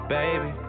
baby